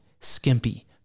skimpy